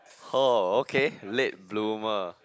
oh okay late bloomer